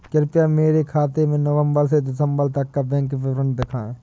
कृपया मेरे खाते का नवम्बर से दिसम्बर तक का बैंक विवरण दिखाएं?